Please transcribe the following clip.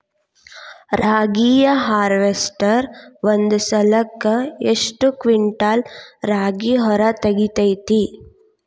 ರಾಗಿಯ ಹಾರ್ವೇಸ್ಟರ್ ಒಂದ್ ಸಲಕ್ಕ ಎಷ್ಟ್ ಕ್ವಿಂಟಾಲ್ ರಾಗಿ ಹೊರ ತೆಗಿತೈತಿ?